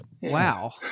Wow